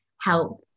help